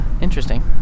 Interesting